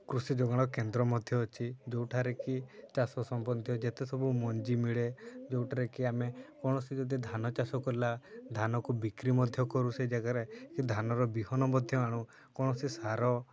କୃଷି ଯୋଗାଣ କେନ୍ଦ୍ର ମଧ୍ୟ ଅଛି ଯେଉଁଠାରେକି ଚାଷ ସମ୍ବନ୍ଧୀୟ ଯେତେ ସବୁ ମଞ୍ଜି ମିଳେ ଯେଉଁଠାରେକି ଆମେ କୌଣସି ଯଦି ଧାନ ଚାଷ କଲା ଧାନକୁ ବିକ୍ରି ମଧ୍ୟ କରୁ ସେ ଜାଗାରେ କି ଧାନର ବିହନ ମଧ୍ୟ ଆଣୁ କୌଣସି ସାର